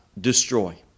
destroy